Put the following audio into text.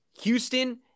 Houston